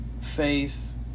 face